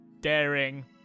daring